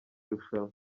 rushanwa